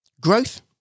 Growth